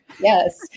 Yes